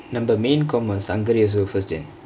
நம்ப:numba main comm sankari also first eh